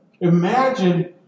Imagine